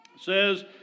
says